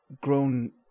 grown